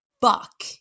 fuck